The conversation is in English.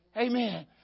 Amen